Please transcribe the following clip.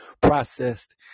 processed